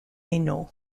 hainaut